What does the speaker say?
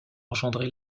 engendrer